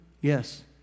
Yes